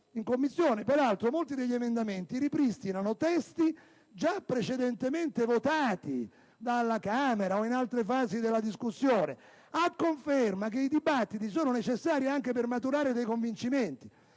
in Commissione: tra l'altro, molti emendamenti ripristinano testi già precedentemente votati dalla Camera dei deputati o in altre fasi della discussione, a conferma del fatto che i dibattiti sono necessari anche per maturare dei convincimenti.